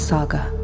Saga